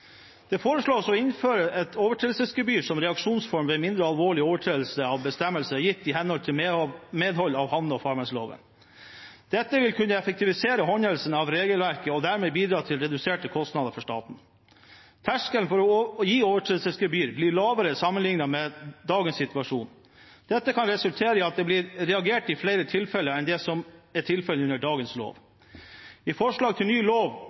Det foreslås å innføre et overtredelsesgebyr som reaksjonsform ved mindre alvorlige overtredelser av bestemmelser gitt i eller i medhold av havne- og farvannsloven. Dette vil kunne effektivisere håndhevelse av regelverket og dermed bidra til reduserte kostnader for staten. Terskelen for å gi overtredelsesgebyr blir lavere sammenliknet med dagens situasjon. Dette kan resultere i at det blir reagert i flere tilfeller enn det som gjøres under dagens lov. I forslaget til ny lov